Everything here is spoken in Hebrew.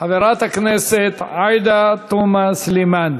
חברת הכנסת עאידה תומא סלימאן.